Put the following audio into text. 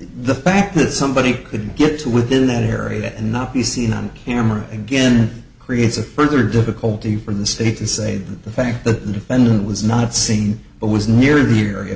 the fact that somebody could get to within that area and not be seen on camera again creates a further difficulty for the state to say that the fact that the defendant was not seen but was near your area